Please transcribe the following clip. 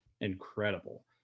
incredible